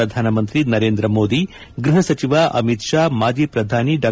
ಪ್ರಧಾನಮಂತ್ರಿ ನರೇಂದ್ರ ಮೋದಿ ಗ್ರಹ ಸಚಿವ ಅಮಿತ್ ಶಾ ಮಾಜಿ ಪ್ರಧಾನಿ ಡಾ